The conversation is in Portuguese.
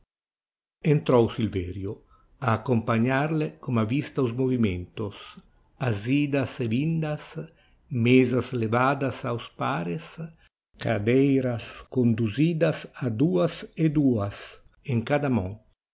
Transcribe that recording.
entrou silverio a acompanhar lhe com a vista os movimentos as idas e vindas mesas levadas aos pares cadeiras conduzidas a duas e duas em cada mão